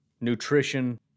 nutrition